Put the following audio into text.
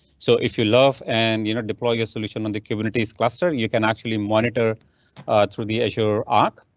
so if you love and you know deployer solution on the communities cluster you can actually monitor through the azure ark.